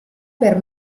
per